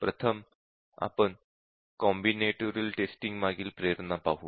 प्रथम आपण combinatorial testing मागील प्रेरणा पाहू